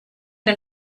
den